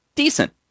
decent